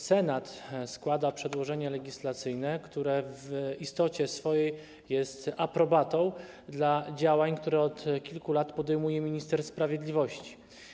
Senat składa przedłożenie legislacyjne, które w swojej istocie jest aprobatą dla działań, które od kilku lat podejmuje minister sprawiedliwości.